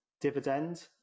dividend